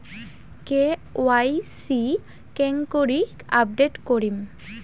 KYC কেঙ্গকরি update করিম?